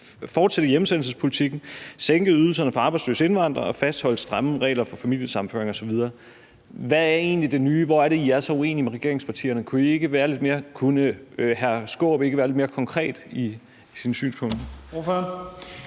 fortsætte hjemsendelsespolitikken, sænke ydelserne for arbejdsløse indvandrere og fastholde stramme regler for familiesammenføring osv. Hvad er egentlig det nye? Hvor er det, I er så uenige med regeringspartierne? Kunne hr. Peter Skaarup ikke være lidt mere konkret i sine synspunkter?